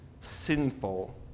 sinful